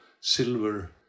silver